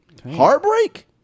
Heartbreak